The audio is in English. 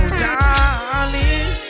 darling